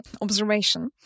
observation